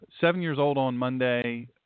seven-years-old-on-Monday